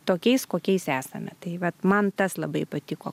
tokiais kokiais esame tai vat man tas labai patiko